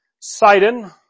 Sidon